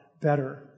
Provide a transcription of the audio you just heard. better